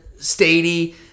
Stady